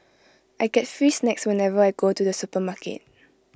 I get free snacks whenever I go to the supermarket